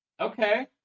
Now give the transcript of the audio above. Okay